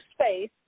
space